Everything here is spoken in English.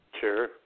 Sure